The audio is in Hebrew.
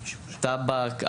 טבק,